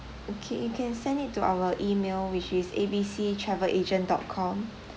okay you can send it to our email which is A B C travel agent dot com